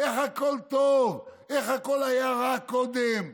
איך הכול טוב, איך הכול היה רע קודם.